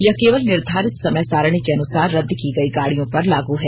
यह केवल निर्धारित समय सारिणी के अनुसार रद्द की गयी गाड़ियों पर लागू है